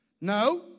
No